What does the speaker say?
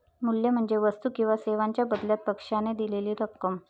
मूल्य म्हणजे वस्तू किंवा सेवांच्या बदल्यात पक्षाने दिलेली रक्कम